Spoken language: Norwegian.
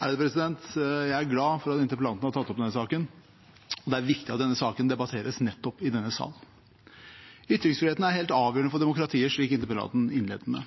Jeg er glad for at interpellanten har tatt opp denne saken. Det er viktig at denne saken debatteres nettopp i denne sal. Ytringsfriheten er helt avgjørende for demokratiet, slik interpellanten innledet med.